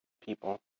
people